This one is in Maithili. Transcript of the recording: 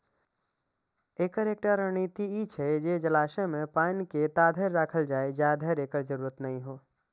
एकर एकटा रणनीति ई छै जे जलाशय मे पानि के ताधरि राखल जाए, जाधरि एकर जरूरत नै हो